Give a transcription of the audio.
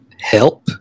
help